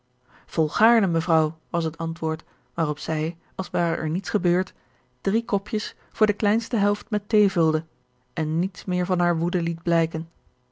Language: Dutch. volgaarne mevrouw was het antwoord waarop zij als ware er niets gebeurd drie kopjes voor de kleinste helft met thee vulde en niets meer van hare woede liet blijken